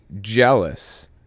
jealous